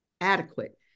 adequate